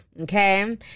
okay